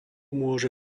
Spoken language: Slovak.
môže